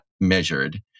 measured